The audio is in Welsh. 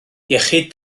iechyd